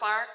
clark